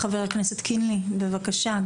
חבר הכנסת קינלי בבקשה.